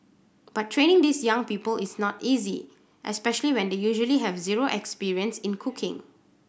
but training these young people is not easy especially when they usually have zero experience in cooking